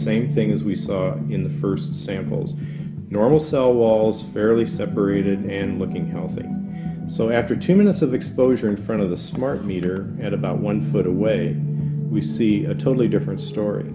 same things we saw in the first samples normal cell walls fairly separated and looking healthy so after two minutes of exposure in front of the smart meter at about one foot away we see a totally different story